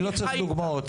אני לא צריך דוגמאות.